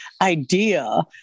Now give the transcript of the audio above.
idea